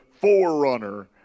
forerunner